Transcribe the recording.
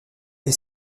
est